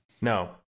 No